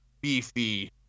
beefy